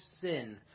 sin